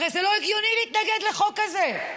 הרי זה לא הגיוני להתנגד לחוק כזה,